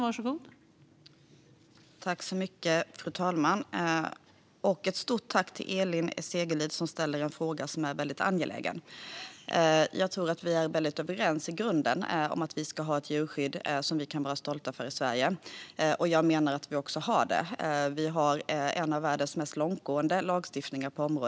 Fru talman! Ett stort tack till Elin Segerlind, som ställer en fråga som är väldigt angelägen! Jag tror att vi i grunden är överens om att vi ska ha ett djurskydd som vi kan vara stolta över i Sverige. Jag menar att vi också har det - vår lagstiftning på området är en av världens mest långtgående.